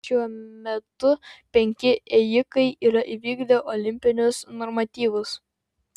šiuo metu penki ėjikai yra įvykdę olimpinius normatyvus